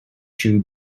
shoe